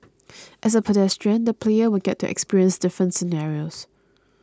as a pedestrian the player will get to experience different scenarios